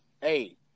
hey